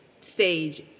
stage